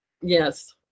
Yes